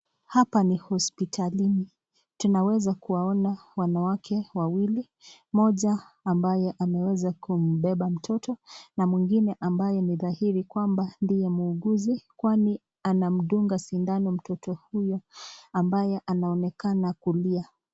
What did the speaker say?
Hapa ni hospitalini. Tunaweza kuwaona wanawake wawili, mmoja ambaye ameweza kumbeba mtoto, na mwingine ambaye ni dhahiri kwamba ndiye muuguzi, kwani anamdunga sindano mtoto huyo ambaye anaonekana kulia.